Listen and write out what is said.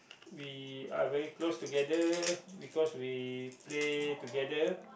we are very close together because we play together